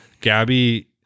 Gabby